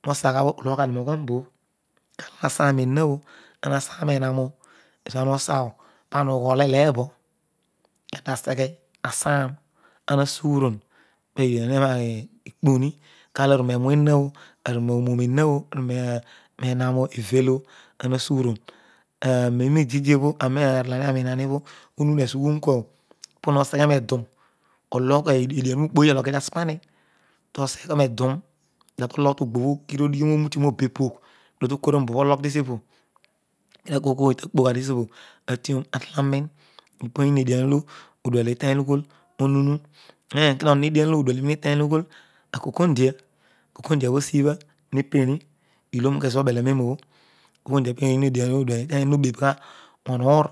To sagha ulogradio predian amba, usta soiro eha ch taseiro evard oh, zoghoang lusa tho cua oghol evebo kata seghe asaramage ruroon pedion obho nemar ekponi kalo amiraewu elaoh aru morooin eha oh aru roenah on ang sugharoon aareera ididroto ardianolani cariniai onuna ezo ughugh kuabro ponoseque nieduro o logh edián obno ukpoyio o loki tarasipa to segle kua raedan ologh to grosho kutogtail fauto logh to goosho okir orcutum obupoy kedio to kour antolon obho olayn tesiopo kedio koos kooy toppaghatke siopobho anw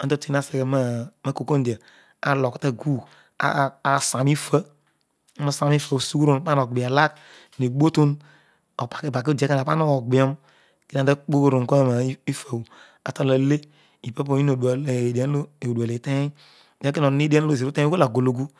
entatueri aseghe makokondia alogh jakugh asamifa anasemifa sugeroon pane ogbe allagh oghe eboton, oparku paki odiekona pona oglbiom kedio kpororo kua rifabro atolale pa poy edian on o dual i terry ekona mon edina olo ughool agologu.